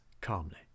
calmly